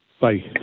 Bye